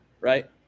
right